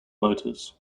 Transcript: motors